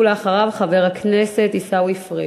ולאחריו, חבר הכנסת עיסאווי פריג'.